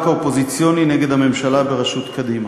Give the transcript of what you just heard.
האופוזיציוני נגד הממשלה בראשות קדימה.